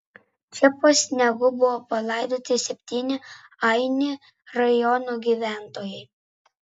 čia po sniegu buvo palaidoti septyni aini rajono gyventojai